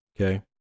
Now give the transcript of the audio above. Okay